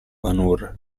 vanur